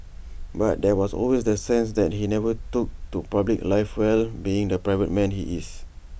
but there was always the sense that he never took to public life well being the private man he is